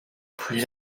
plus